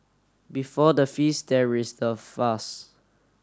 before the feast there is the fast